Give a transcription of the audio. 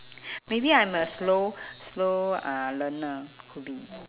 maybe I'm a slow slow uh learner could be